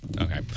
okay